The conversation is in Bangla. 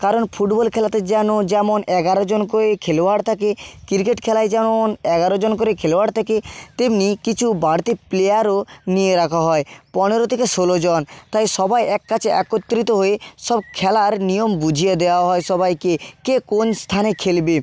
কারণ ফুটবল খেলাতে যেন যেমন এগারোজন করে খেলোয়াড় থাকে ক্রিকেট খেলায় যেমন এগারোজন করে খেলোয়াড় থাকে তেমনি কিছু বাড়তি প্লেয়ারও নিয়ে রাখা হয় পনেরো থেকে ষোলোজন তাই সবাই এক কাছে একত্রিত হয়ে সব খেলার নিয়ম বুঝিয়ে দেওয়া হয় সবাইকে কে কোন স্থানে খেলবে